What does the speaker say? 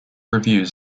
reviews